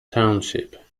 township